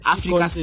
Africa